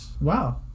wow